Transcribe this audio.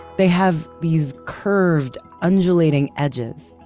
they have these curved undulating edges.